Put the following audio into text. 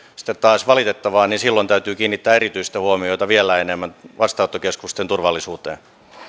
sitten taas valitettavaa niin silloin täytyy kiinnittää erityistä huomiota vielä enemmän vastaanottokeskusten turvallisuuteen